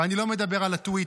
ואני לא מדבר על טוויטר.